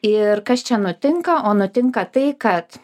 ir kas čia nutinka o nutinka tai kad